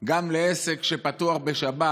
גם לעסק שפתוח בשבת,